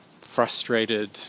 frustrated